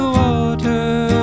water